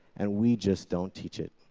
and we just don't teach it.